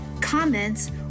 comments